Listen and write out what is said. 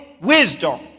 wisdom